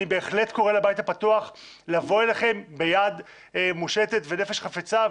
אני בהחלט קורא לבית הפתוח לבוא אליכם ביד מושטת ונפש חפצה,